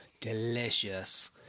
Delicious